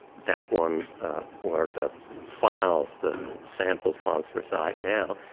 that one where the files, the sample files reside now,